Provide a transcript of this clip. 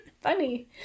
Funny